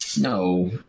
No